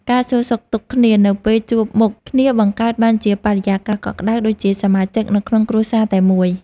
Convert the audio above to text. ការសួរសុខទុក្ខគ្នានៅពេលជួបមុខគ្នាបង្កើតបានជាបរិយាកាសកក់ក្ដៅដូចជាសមាជិកនៅក្នុងគ្រួសារតែមួយ។